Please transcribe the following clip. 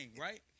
right